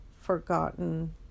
forgotten